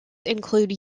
include